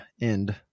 end